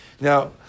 Now